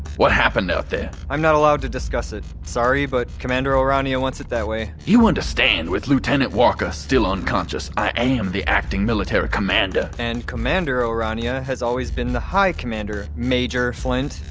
what happened out there? i'm not allowed to discuss it. sorry, but commander o'rania wants it that way you understand with lieutenant walker still unconscious i am the acting military commander and commander o'rania has always been the high commander major flint.